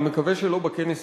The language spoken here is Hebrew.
אני מקווה שלא בכנס הזה,